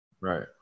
right